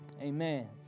amen